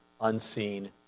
unseen